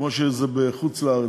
כמו בחוץ-לארץ,